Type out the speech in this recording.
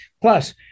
plus